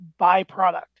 byproduct